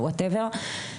what ever.